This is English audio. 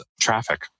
traffic